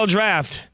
Draft